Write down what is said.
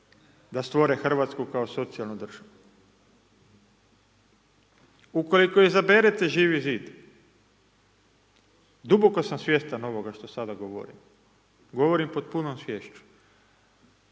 da stvore Hrvatsku kao socijalnu državu. Ukoliko izaberete Živi zid, duboko sam svjestan ovoga što sada govorim, govorim pod punom sviješću,